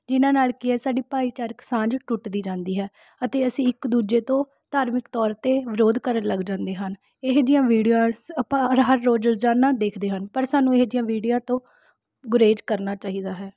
ਜਿਨ੍ਹਾਂ ਨਾਲ ਕੀ ਹੈ ਸਾਡੀ ਭਾਈਚਾਰਕ ਸਾਂਝ ਟੁੱਟਦੀ ਜਾਂਦੀ ਹੈ ਅਤੇ ਅਸੀਂ ਇੱਕ ਦੂਜੇ ਤੋਂ ਧਾਰਮਿਕ ਤੌਰ 'ਤੇ ਵਿਰੋਧ ਕਰਨ ਲੱਗ ਜਾਂਦੇ ਹਨ ਇਹ ਜਿਹੀਆਂ ਵੀਡੀਓਸ ਆਪਾਂ ਹਰ ਰੋਜ਼ ਰੋਜ਼ਾਨਾ ਦੇਖਦੇ ਹਨ ਪਰ ਸਾਨੂੰ ਇਹੋ ਜਿਹੀਆਂ ਵੀਡਿਓ ਤੋਂ ਗੁਰੇਜ਼ ਕਰਨਾ ਚਾਹੀਦਾ ਹੈ